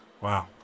Wow